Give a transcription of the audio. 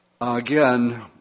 Again